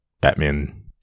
batman